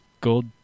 gold